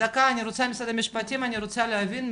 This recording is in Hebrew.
אני רוצה ממשרד המשפטים להבין מהם,